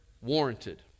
warranted